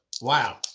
Wow